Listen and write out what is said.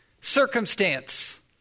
circumstance